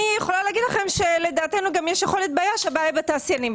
אני יכולה להגיד שלדעתנו יכול להיות שהבעיה בתעשיינים.